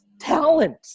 talent